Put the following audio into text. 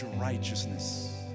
righteousness